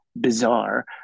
bizarre